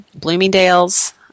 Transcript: Bloomingdale's